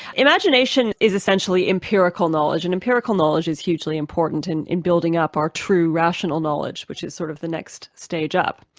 imagination is essentially empirical knowledge, and empirical knowledge is hugely important and in building up our true rational knowledge, which is sort of the next stage up.